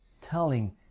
telling